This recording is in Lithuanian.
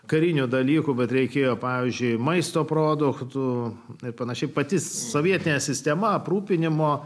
karinių dalykų bet reikėjo pavyzdžiui maisto produktų ir pan pati sovietinė sistema aprūpinimo